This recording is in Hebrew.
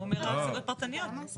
הוא אומר השגות פרטניות.